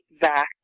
back